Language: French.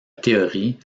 théorie